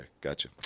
gotcha